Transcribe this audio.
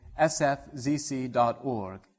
sfzc.org